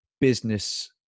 business